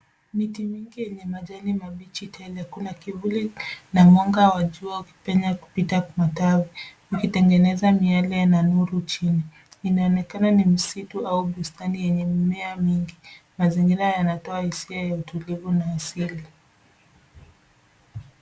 Miti mingi yenye majani mabichi tele. Kuna kivuli na mwanga wa jua ukipenya kupita matawi, ukitengeneza miale na nuru chini. Inaonekana ni msitu au bustani yenye mimea mingi. Mazingira yanatoa hisia ya utulivu na ya asili.